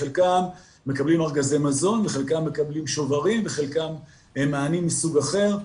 שחלקם מקבלים ארגזי מזון וחלקם מקבלים שוברים וחלקם מענים מסוג אחר.